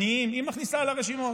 עניים, היא מכניסה לרשימות.